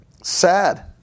sad